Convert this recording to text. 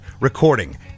recording